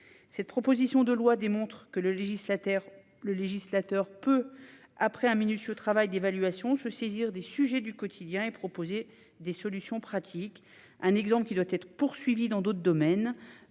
Cette proposition de loi démontre que le législateur peut, après un minutieux travail d'évaluation, se saisir des sujets du quotidien et proposer des solutions pratiques, un exemple qui doit être poursuivi dans d'autres domaines.